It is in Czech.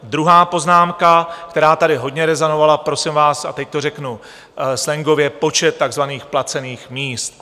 Druhá poznámka, která tady hodně rezonovala prosím vás, a teď to řeknu slangově počet takzvaných placených míst.